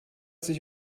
sich